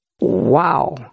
Wow